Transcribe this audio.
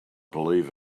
believe